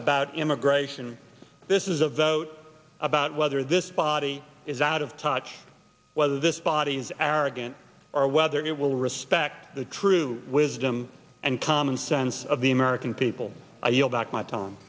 about immigration this is a vote about whether this body is out of touch whether this body is arrogant or whether it will respect the true wisdom and common sense of the american people i yield back my t